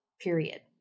period